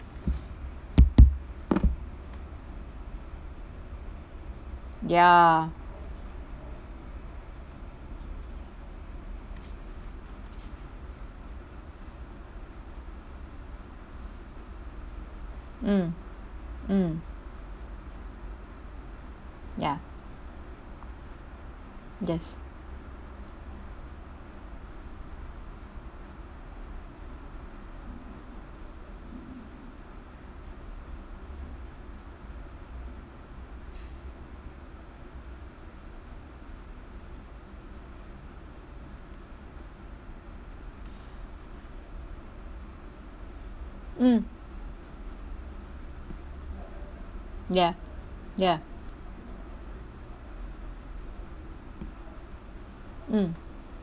ya mm mm ya yes mm ya ya mm